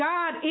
God